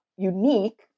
unique